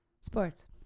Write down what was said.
Sports